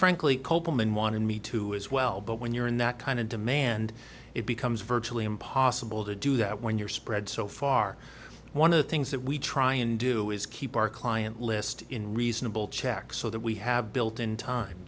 and wanted me to as well but when you're in that kind of demand it becomes virtually impossible to do that when you're spread so far one of the things that we try and do is keep our client list in reasonable check so that we have built in time